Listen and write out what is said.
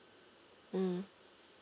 mm